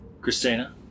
Christina